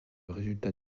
résultat